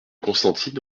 constantine